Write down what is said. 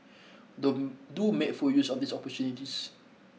don't do make full use of these opportunities